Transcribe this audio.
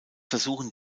versuchen